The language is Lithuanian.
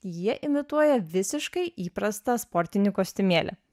jie imituoja visiškai įprastą sportinį kostiumėlį